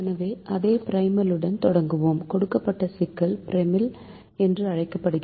எனவே அதே ப்ரிமலுடன் தொடங்குவோம் கொடுக்கப்பட்ட சிக்கல் ப்ரிமல் என்று அழைக்கப்படுகிறது